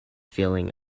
feeling